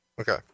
Okay